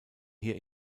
hier